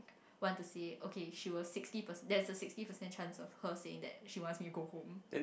want to see it ok she will sixty percent there's a sixty percentage chance of her saying that she wants me to go home